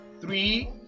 three